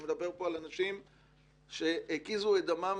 אני מדבר פה על אנשים שהקיזו את דמם